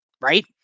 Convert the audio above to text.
right